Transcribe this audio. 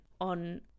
on